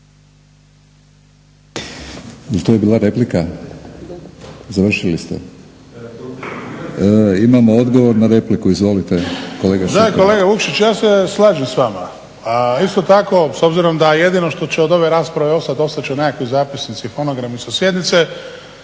Jel to bila replika? Završili ste? Imamo odgovor na repliku, izvolite kolega Šuker. **Šuker, Ivan (HDZ)** Da kolega Vukšić ja se slažem s vama. Isto tako s obzirom da je jedino što će od ove rasprave ostat, ostat će nekakvi zapisnici, fonogrami sa sjednice